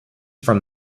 from